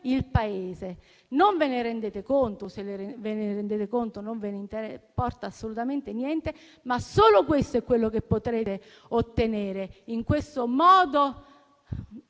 il Paese. Non ve ne rendete conto e, se ve ne rendete conto, non ve ne importa assolutamente niente, ma solo questo è quello che potrete ottenere, con questo modo